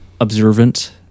observant